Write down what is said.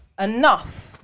enough